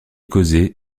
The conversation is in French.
causé